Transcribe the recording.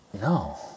no